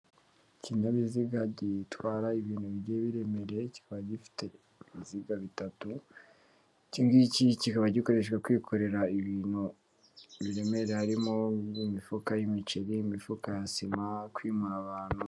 Ikinyabiziga gitwara ibintu bigiye biremereye kikaba gifite ibiziga bitatu, iki ngiki kikaba gikoreshwa kwikorera ibintu biremere harimo imifuka y'imiceri, imifuka ya sima, kwimura abantu.